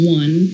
one